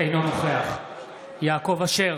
אינו נוכח יעקב אשר,